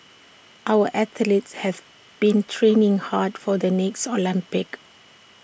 our athletes have been training hard for the next Olympics